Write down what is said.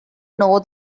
know